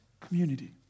community